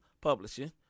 publishing